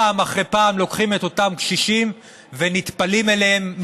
פעם אחרי פעם לוקחים את אותם קשישים ונטפלים אליהם,